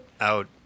out